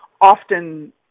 often